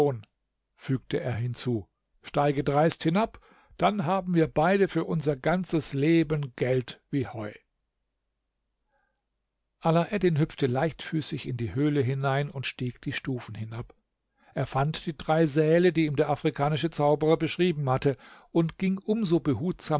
fügte er hinzu steige dreist hinab dann haben wir beide für unser ganzes leben geld wie heu alaeddin hüpfte leichtfüßig in die höhle hinein und stieg die stufen hinab er fand die drei säle die ihm der afrikanische zauberer beschrieben hatte und ging um